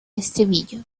estribillo